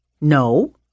no